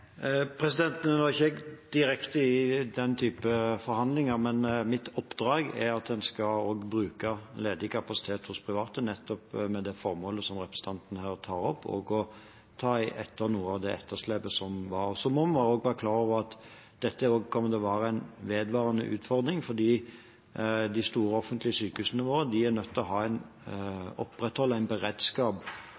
Nå er ikke jeg direkte i den type forhandlinger, men mitt oppdrag er at en også skal bruke ledig kapasitet hos private, nettopp med det formålet som representanten her tar opp, å ta igjen noe av det etterslepet som er. Så må vi også være klar over at dette kommer til å være en vedvarende utfordring, for de store offentlige sykehusene våre er nødt til å opprettholde en